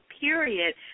period